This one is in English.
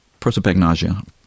prosopagnosia